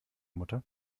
mutter